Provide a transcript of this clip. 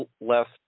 left